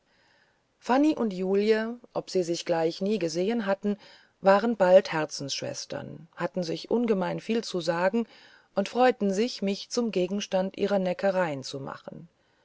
fanny und julie ob sie sich gleich nie gesehen hatten waren bald herzensschwestern hatten sich ungemein viel zu sagen und freuten sich mich zum gegenstand ihrer neckereien zu machen